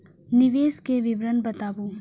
निवेश के विवरण बताबू?